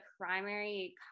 primary